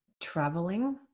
traveling